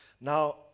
Now